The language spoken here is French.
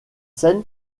scène